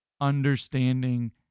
understanding